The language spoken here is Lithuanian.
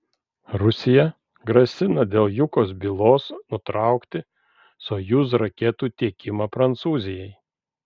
rusija grasina dėl jukos bylos nutraukti sojuz raketų tiekimą prancūzijai